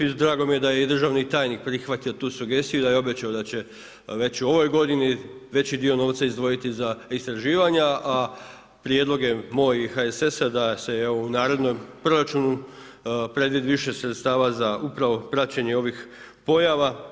I drago mi je da je i državni tajnik prihvatio tu sugestiju, da je obećao da će već u ovoj godini veći dio novca izdvojiti za istraživanja, a prijedlog je moj i HSS-a da se u narednom proračunu predvidi više sredstava za upravo praćenje ovih pojava.